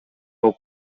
болуп